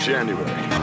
January